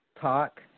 talk